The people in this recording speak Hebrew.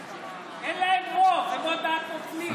אין להם רוב, הם עוד מעט נופלים.